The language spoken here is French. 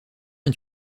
est